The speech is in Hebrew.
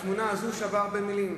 התמונה הזאת שווה הרבה מלים.